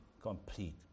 complete